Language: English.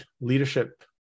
leadership